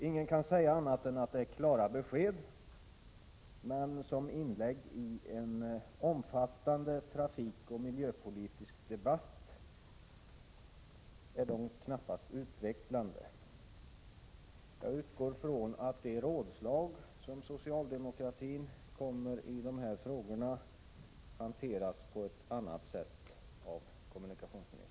Ingen kan säga något annat än att detta är klara besked, men som inlägg i en omfattande trafikoch miljöpolitisk debatt är det knappast utvecklande. Jag utgår från att det rådslag som socialdemokraterna skall ha i dessa frågor kommer att hanteras på ett annat sätt av kommunikationsministern.